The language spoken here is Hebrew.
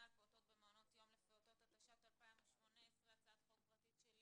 על פעוטות במעונות יום לפעוטות התשע"ט 2018. הצעת חוק פרטית שלי